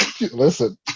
listen